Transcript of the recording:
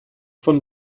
von